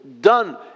done